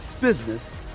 business